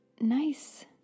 nice